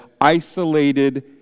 isolated